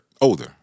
older